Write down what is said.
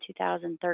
2013